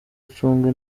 ucunge